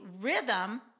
rhythm